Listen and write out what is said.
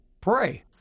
pray